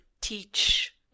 teach